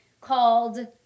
called